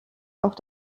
auch